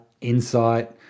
insight